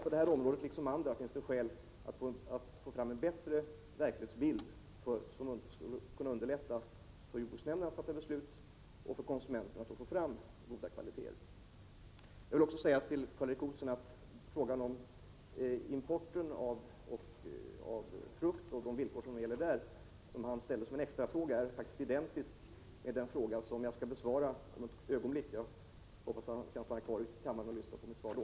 På detta område liksom på många andra finns det skäl att få fram en bättre verklighetsbild både för att underlätta beslut av jordbruksnämnden och för att underlätta för konsumenterna att få fram bättre kvaliteter. Till Karl Erik Olsson vill jag också säga att hans extrafråga om importen av frukt och de villkor som gäller därvid faktiskt är identisk med den fråga jag skall besvara om ett ögonblick. Jag hoppas han kan stanna kvar i kammaren och lyssna på mitt svar då.